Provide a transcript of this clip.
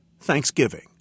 Thanksgiving